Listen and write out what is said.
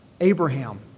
Abraham